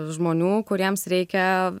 žmonių kuriems reikia